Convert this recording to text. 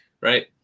right